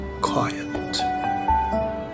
quiet